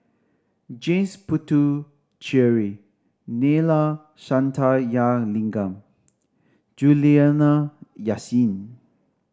James Puthucheary Neila Sathyalingam Juliana Yasin